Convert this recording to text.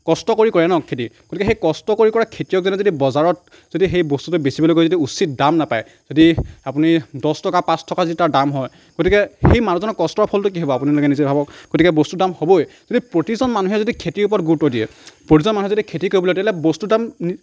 কষ্ট কৰি কৰে ন খেতি গতিকে সেই কষ্ট কৰি কৰা খেতিয়কজনে যদি বজাৰত যদি সেই বস্তুটো বেচিবলৈ গৈ যদি উচিত দাম নাপায় যদি আপুনি দহ টকা পাঁচ টকা যদি তাৰ দাম হয় গতিকে সেই মানুহজনৰ কষ্টৰ ফলটো কি হ'ব আপোনালোকে নিজে ভাবক গতিকে বস্তুৰ দাম হ'বই যদি প্ৰতিজন মানুহে যদি খেতিৰ ওপৰত গুৰুত্ব দিয়ে প্ৰতিজন মানুহে যদি খেতি কৰিবলৈ তেতিয়াহ'লে বস্তুৰ দাম